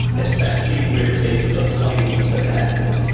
especially with data that highly interconnected.